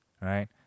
right